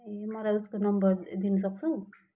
ए मलाई उसको नम्बर दिनसक्छौ